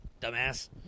Dumbass